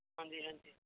ਹਾਂਜੀ ਹਾਂਜੀ